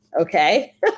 Okay